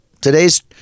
Today's